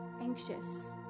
anxious